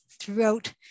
throughout